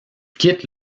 quitte